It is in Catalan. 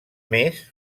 més